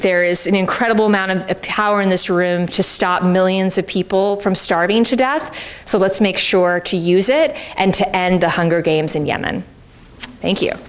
there is an incredible amount of power in this room to stop millions of people from starving to death so let's make sure to use it and to end the hunger games in yemen thank you